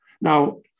Now